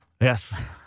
Yes